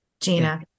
Gina